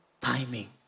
timing